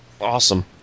Awesome